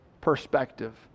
perspective